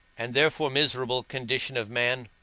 and therefore miserable condition of man!